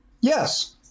yes